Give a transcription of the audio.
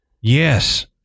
Yes